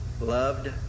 Loved